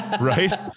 right